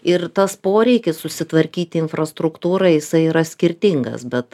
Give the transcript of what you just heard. ir tas poreikis susitvarkyti infrastruktūrą jisai yra skirtingas bet